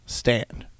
stand